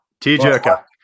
tearjerker